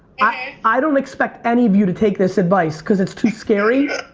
i don't expect any of you to take this advice cuz it's too scary.